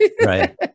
Right